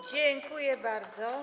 Dziękuję bardzo.